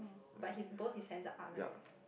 but his both his hands are up right